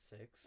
Six